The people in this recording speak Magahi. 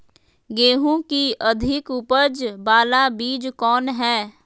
गेंहू की अधिक उपज बाला बीज कौन हैं?